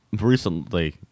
recently